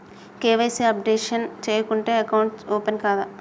KYC updation చేయకుంటే account open కాదా?